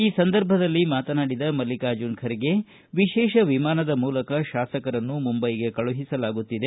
ಈ ಸಂದರ್ಭದಲ್ಲಿ ಮಾತನಾಡಿದ ಮಲ್ಲಿಕಾರ್ಜುನ ಖರ್ಗೆ ವಿಶೇಷ ವಿಮಾನದ ಮೂಲಕ ಶಾಸಕರನ್ನು ಮುಂಬೈಗೆ ಕಳುಹಿಸಲಾಗುತ್ತಿದೆ